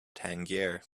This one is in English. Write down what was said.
tangier